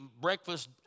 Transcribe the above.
breakfast